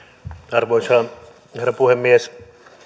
arvoisa herra puhemies